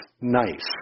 nice